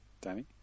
Danny